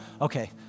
Okay